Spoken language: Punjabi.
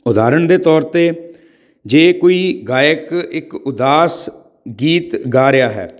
ਉਦਾਹਰਣ ਦੇ ਤੌਰ 'ਤੇ ਜੇ ਕੋਈ ਗਾਇਕ ਇੱਕ ਉਦਾਸ ਗੀਤ ਗਾ ਰਿਹਾ ਹੈ